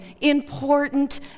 important